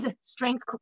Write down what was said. strength